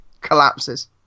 collapses